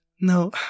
No